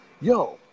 yo